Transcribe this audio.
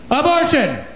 Abortion